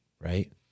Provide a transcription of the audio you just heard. right